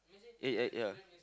eh eh yeah